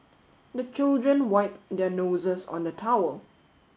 the children wipe their noses on the towel